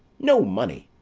no money,